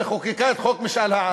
וחוקקה את חוק משאל עם